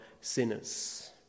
sinners